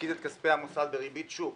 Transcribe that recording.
להפקיד את כספי המוסד בריבית שוק